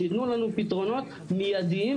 שיתנו לנו פתרונות מיידיים.